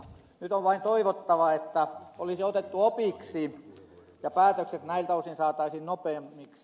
nyt on vain toivottava että olisi otettu opiksi ja päätökset näiltä osin saataisiin nopeammiksi